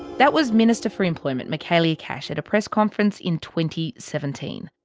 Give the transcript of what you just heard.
that was minister for employment michaelia cash at a press conference in twenty seventeen.